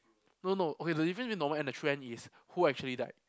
no no okay the difference between the normal and true end is who actually die